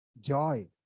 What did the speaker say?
Joy